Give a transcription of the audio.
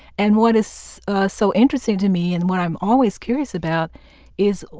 and what is so interesting to me and what i'm always curious about is,